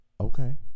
okay